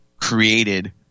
created